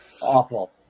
awful